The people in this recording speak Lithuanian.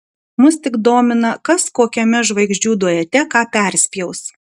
mus tik domina kas kokiame žvaigždžių duete ką perspjaus